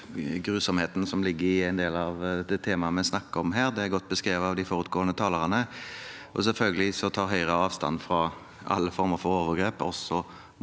grusomhetene som ligger i en del av det temaet vi snakker om her. Det er godt beskrevet av de forutgående talerne. Selvfølgelig tar Høyre avstand fra alle former for overgrep,